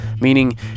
meaning